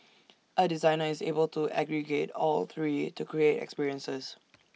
A designer is able to aggregate all three to create experiences